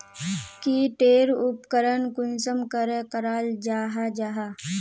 की टेर उपकरण कुंसम करे कराल जाहा जाहा?